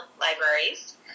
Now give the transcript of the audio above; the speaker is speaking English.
libraries